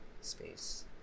space